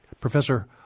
Professor